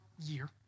year